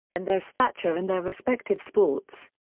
and their stature in their respective sports.